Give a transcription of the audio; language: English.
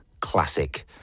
Classic